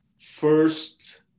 first